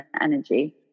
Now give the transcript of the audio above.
energy